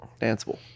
Danceable